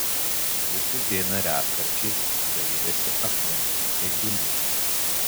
jis užeina retkarčiais dairėsi aplinkui eigulys